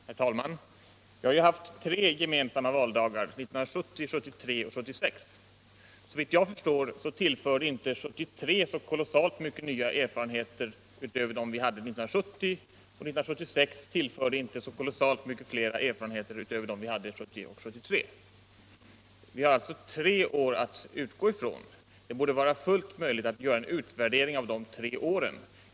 Herr talman! Vi har haft tre gemensamma valdagar: 1970, 1973 och 1976. Såvitt jag förstår tillförde oss inte 1973 års val så kolossalt många nya erfarenheter utöver dem vi gjorde 1970, och 1976 gav oss inte så kolossalt många flera erfarenheter än vi fick 1970 och 1973. Vi har alltså tre år att utgå ifrån. Det borde vara fullt möjligt att göra en utvärdering av de tre åren.